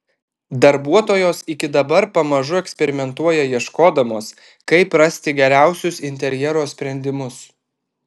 darbuotojos iki dabar pamažu eksperimentuoja ieškodamos kaip rasti geriausius interjero sprendimus